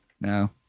No